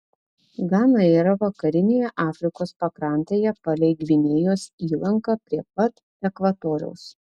gana yra vakarinėje afrikos pakrantėje palei gvinėjos įlanką prie pat ekvatoriaus